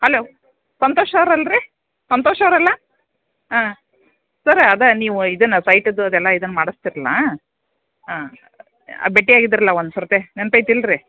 hello Santosh ಅವ್ರು ಅಲ್ರಿ ಸಂತೋಷ ಅವ್ರು ಅಲ್ಲ ಹಾಂ ಸರ ಅದೇ ನೀವು ಇದನ್ನು ಸೈಟದ್ದು ಅದು ಎಲ್ಲ ಇದನ್ನು ಮಾಡಿಸ್ತೀರಲ್ಲ ಹಾಂ ಭೇಟಿಯಾಗಿದ್ರಲ್ಲ ಒಂದು ಸಲ ನೆನ್ಪು ಐತಿಲ್ರಿ